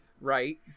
right